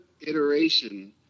iteration